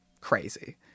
crazy